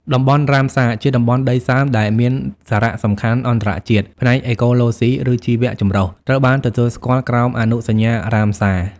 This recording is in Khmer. តំបន់រ៉ាមសារ ជាតំបន់ដីសើមដែលមានសារៈសំខាន់អន្តរជាតិផ្នែកអេកូឡូស៊ី ឬជីវៈចម្រុះ ត្រូវបានទទួលស្គាល់ក្រោមអនុសញ្ញារ៉ាមសារ។